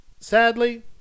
Sadly